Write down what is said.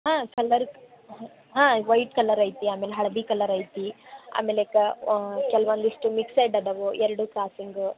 ಹಾಂ ಕಲರಕ್ಕೆ ಹಾಂ ವೈಟ್ ಕಲರ್ ಐತಿ ಆಮೇಲೆ ಹಳದಿ ಕಲರ್ ಐತಿ ಆಮೇಲಕ್ಕೆ ಕೆಲವೊಂದಿಷ್ಟು ಮಿಕ್ಸೆಡ್ ಅದಾವು ಎರಡು ಕ್ರಾಸಿಂಗು